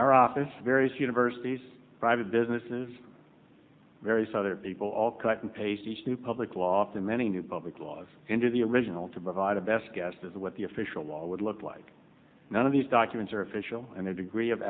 our office various universities private businesses various other people all cut and paste each new public law after many new public laws into the original to provide a best guess as to what the official law would look like none of these documents are official and their degree of